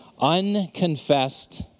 unconfessed